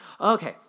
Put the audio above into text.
Okay